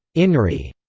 inri,